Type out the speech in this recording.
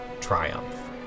triumph